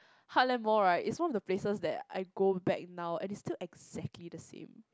Heartland Mall right is one of the places that I go back now and is still exactly the same